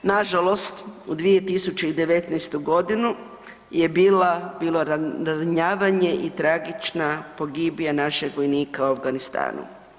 Na žalost u 2019. godinu je bilo ranjavanje i tragična pogibija našeg vojnika u Afganistanu.